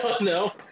no